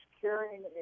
carrying